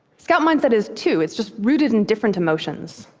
scout mindset is, too. it's just rooted in different emotions.